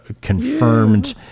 confirmed